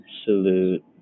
Absolute